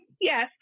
Yes